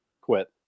Quit